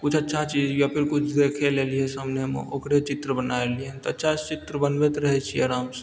किछु अच्छा चीज या फिर किछु देखे लेलियै सामनेमे ओकरे चित्र बना लेलियै हँ तऽ अच्छा सा चित्र बनबैत रहै छियै आराम सऽ